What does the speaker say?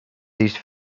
these